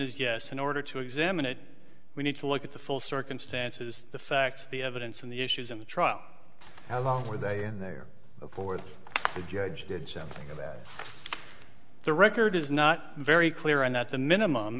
is yes in order to examine it we need to look at the full circumstances the facts the evidence and the issues in the trial how long were they in there afford the judge did something about the record is not very clear and that's the minimum